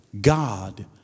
God